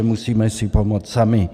Musíme si pomoct sami.